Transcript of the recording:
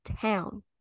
Town